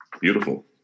Beautiful